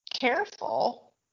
careful